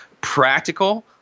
practical